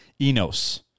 enos